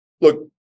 Look